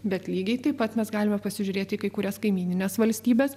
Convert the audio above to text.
bet lygiai taip pat mes galime pasižiūrėti į kai kurias kaimynines valstybes